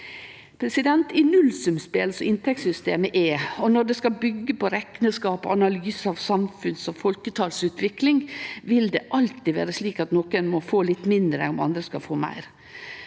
år. I nullsumspel, som inntektssystemet er, og når det skal byggje på rekneskap og analyse av samfunns- og folketalsutvikling, vil det alltid vere slik at nokre må få litt mindre om andre skal få meir.